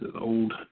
old